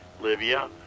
Libya